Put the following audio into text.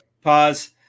Pause